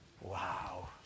Wow